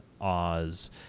Oz